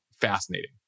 Fascinating